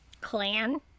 Clan